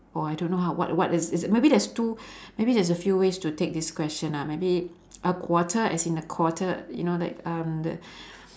or I don't know how what what is is it maybe there's two maybe there's a few ways to take this question ah maybe a quarter as in a quarter you know like um the